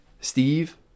Steve